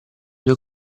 due